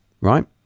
right